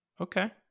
Okay